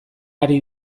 ari